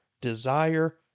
desire